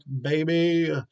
baby